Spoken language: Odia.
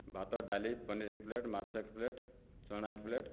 ଭାତ ଡାଲି ପନୀର୍ ଏକ ପ୍ଲେଟ୍ ମାଛ ଏକ ପ୍ଲେଟ୍ ଚଣା ଏକ ପ୍ଲେଟ୍